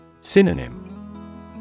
Synonym